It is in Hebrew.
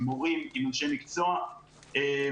עם אנשי מקצוע,